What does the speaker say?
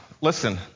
Listen